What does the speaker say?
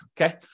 okay